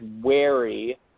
wary